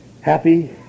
happy